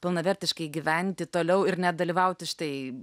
pilnavertiškai gyventi toliau ir net dalyvauti štai